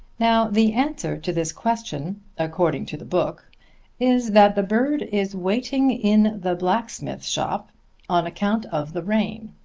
now the answer to this question according to the book is that the bird is waiting in the blacksmith shop on account of the rain.